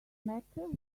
matter